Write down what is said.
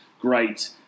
great